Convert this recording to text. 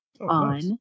on